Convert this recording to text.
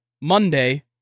Monday